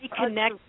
reconnect